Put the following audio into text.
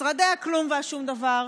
משרדי הכלום והשום דבר.